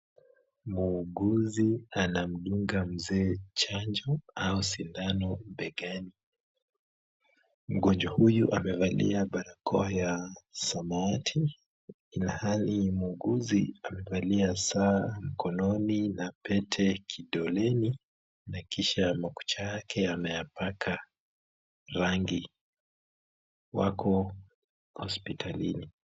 Muuguzi anamdunga mzee chanjo au sindano begani. Mgonjwa huyu amevalia barakoa ya samawati ilhali muuguzi amevalia saa mkononi na pete kidoleni na kisha makucha yake ameyapaka rangi, wako hospitalini.